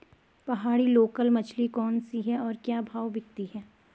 पहाड़ी लोकल मछली कौन सी है और क्या भाव बिकती है?